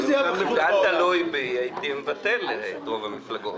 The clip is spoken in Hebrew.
אם זה היה תלוי בי, הייתי מבטל את רוב המפלגות.